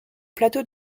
plateau